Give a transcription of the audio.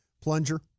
plunger